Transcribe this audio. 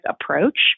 approach